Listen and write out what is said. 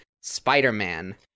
Spider-Man